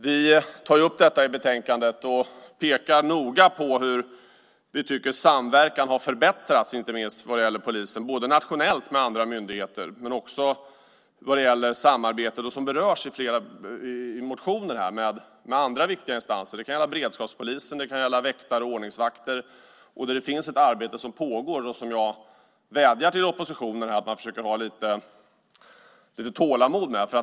Vi tar upp detta i betänkandet och pekar noga på hur vi tycker att inte minst samverkan har förbättrats vad gäller polisen, både internationellt och med andra myndigheter och när det gäller samarbete med andra viktiga instanser. Detta berörs i flera motioner. Det kan gälla beredskapspolisen, och det kan gälla väktare och ordningsvakter. Där pågår ett arbete, och jag vädjar till oppositionen att försöka ha lite tålamod.